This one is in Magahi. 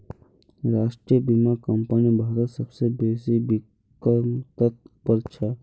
राष्ट्रीय बीमा कंपनी भारतत सबसे बेसि बीमाकर्तात उपर छ